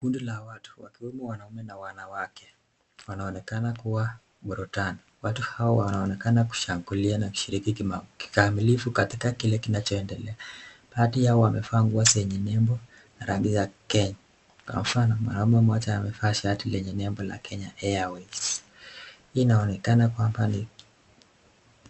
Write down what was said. Kundi la watu wakiwemo wanaume na wanawake wanaonekana kuwa burudani. Watu hawa wanaonekana kushangilia nakushiriki kikamilifu katika kile kinachoendelea. Baadhi yao wamevaa nguo zenye nembo na rangi yake. Kwa mfano mwanaume mmoja amevaa shati lenye nembo ya kenya Airways hii inaonekana kwamba ni,,,